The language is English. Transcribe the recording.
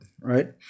right